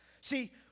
See